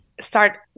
start